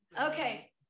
okay